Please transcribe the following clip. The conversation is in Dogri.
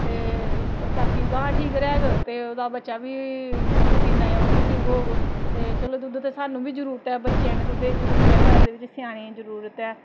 ते बाकी गांऽ ठीक र'वै ते ओह्दा बच्चा बी दुद्ध पींदा ऐ ओह् बी ठीक होग ते चलो दुद्ध ते सानूं बी जरूरत बच्चें आ्तै अहें जरूरत ऐ घर सेआनें ई जरूरत ऐ